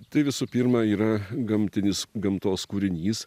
tai visų pirma yra gamtinis gamtos kūrinys